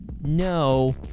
no